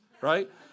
right